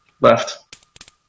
left